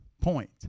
point